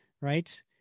right